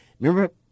Remember